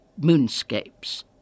moonscapes